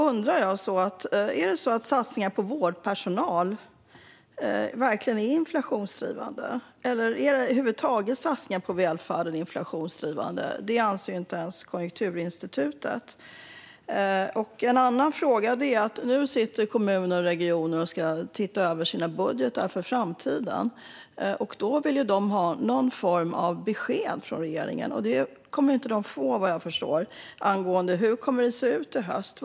Är det så att satsningar på vårdpersonal verkligen är inflationsdrivande? Eller är satsningar på välfärden över huvud taget inflationsdrivande? Det anser inte ens Konjunkturinstitutet. Jag har en fråga. Nu sitter kommuner och regioner och ska titta över sina budgetar för framtiden. Då vill de ha någon form av besked från regeringen. Det kommer de inte att få, vad jag förstår. Hur kommer det att se ut i höst?